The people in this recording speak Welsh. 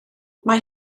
mae